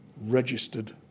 registered